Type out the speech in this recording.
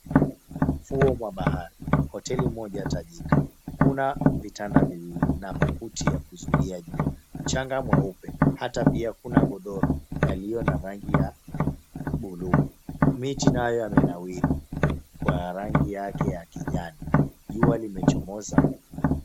Ufuo mwa bahari kwa hoteli moja tajika. Kuna vitanda viwili na makuti ya kuzuia jua. Mchanga mweupe hata pia kuna godoro yaliyo na rangi ya buluu. Miti nayo yamenawiri kwa rangi yake ya kijani. Jua limechomoza.